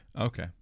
Okay